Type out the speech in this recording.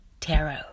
TAROT